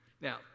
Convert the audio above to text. Now